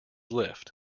lift